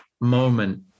moment